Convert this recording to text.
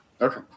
Okay